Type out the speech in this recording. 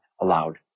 allowed